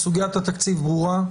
סוגיית התקציב ברורה.